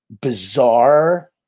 bizarre